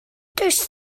does